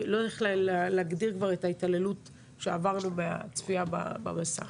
אני לא יודעת איך להגדיר את ההתעללות שעברנו מהצפייה במסך.